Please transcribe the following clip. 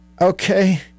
okay